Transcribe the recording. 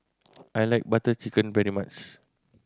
I like Butter Chicken very much